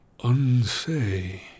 Unsay